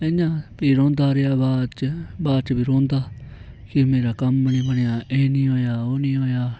इ'यां भी रौंदा रेहा बाद च बाद च भी रौंदा कि मेरा कम्म निं बनेआ एह् निं होएआ ओह् निं होएआ